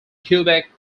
quebec